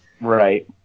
Right